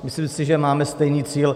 Myslím si, že máme stejný cíl.